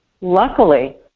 luckily